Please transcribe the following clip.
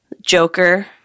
Joker